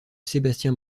sébastien